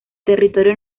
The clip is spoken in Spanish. territorio